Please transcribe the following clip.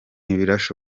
henshi